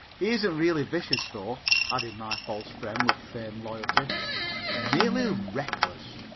isn't really vicious, though, added my false friend with feigned loyalty merely reckless.